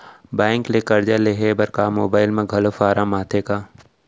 Bank ले करजा लेहे बर का मोबाइल म घलो फार्म आथे का?